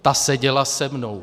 Ta seděla se mnou.